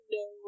no